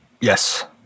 Yes